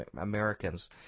Americans